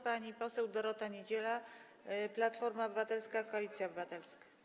Pani poseł Dorota Niedziela, Platforma Obywatelska - Koalicja Obywatelska.